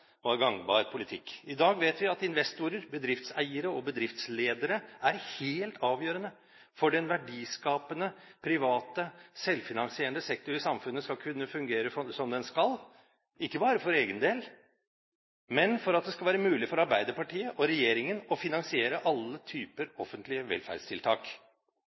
var gangbar politikk. I dag vet vi at investorer, bedriftseiere og bedriftsledere er helt avgjørende for at den verdiskapende, private, selvfinansierende sektor i samfunnet skal kunne fungere som den skal, ikke bare for egen del, men for at det skal være mulig for Arbeiderpartiet og regjeringen å finansiere alle typer offentlige velferdstiltak.